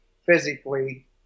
Physically